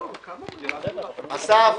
אסף,